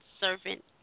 servant